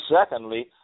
Secondly